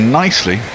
nicely